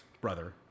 brother